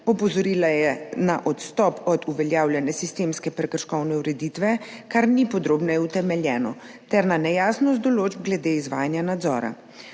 Opozorila je na odstop od uveljavljene sistemske prekrškovne ureditve, kar ni podrobneje utemeljeno, ter na nejasnost določb glede izvajanja nadzora.